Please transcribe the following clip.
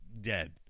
dead